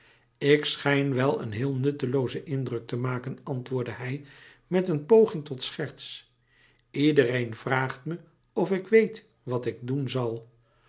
ik schijn wel een heel nutteloozen indruk te maken antwoordde hij met een poging tot scherts iedereen vraagt me of ik weet wat ik doen zal